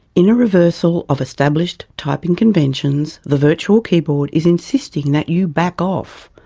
in a reversal of established typing conventions, the virtual keyboard is insisting that you back off,